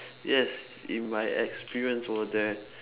yes in my experience over there